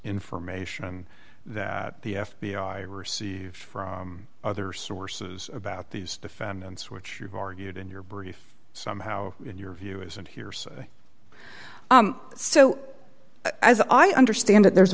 information that the f b i received from other sources about these defendants which you've argued in your brief somehow in your view isn't hearsay so as i understand it there's